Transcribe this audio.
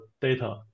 data